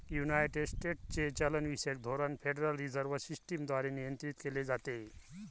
United स्टेट्सचे चलनविषयक धोरण फेडरल रिझर्व्ह सिस्टम द्वारे नियंत्रित केले जाते